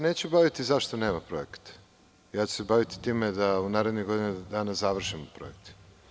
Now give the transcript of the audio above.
Neću se baviti zašto nema projekata, ja ću se baviti time da u narednih godinu dana završimo projekte.